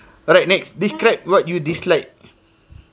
alright next describe what you dislike